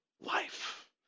life